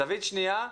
זווית שניה,